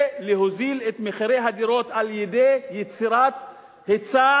זה להוזיל את מחירי הדירות על-ידי יצירת היצע